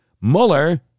Mueller